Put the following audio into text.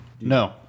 No